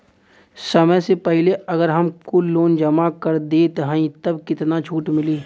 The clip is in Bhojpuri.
समय से पहिले अगर हम कुल लोन जमा कर देत हई तब कितना छूट मिली?